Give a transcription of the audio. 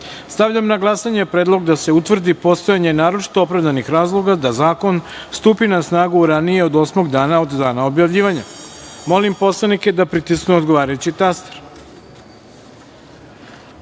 na glasanje predlog da se utvrdi postojanje naročito opravdanih razloga da zakon stupi na snagu ranije od osmog dana od dana objavljivanja. Molim narodne poslanike da pritisnu odgovarajući